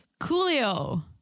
Coolio